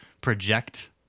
project